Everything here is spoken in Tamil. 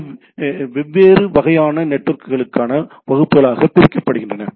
அவை வெவ்வேறு வகையான நெட்வொர்க்குகளுக்கான வகுப்புகளாகப் பிரிக்கப்படுகின்றன